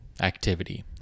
activity